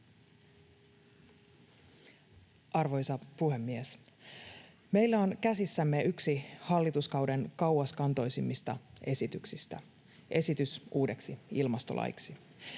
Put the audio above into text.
Arvoisa puhemies! Meillä on käsissämme yksi hallituskauden kauaskantoisimmista esityksistä, esitys uudeksi ilmastolaiksi.